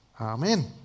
Amen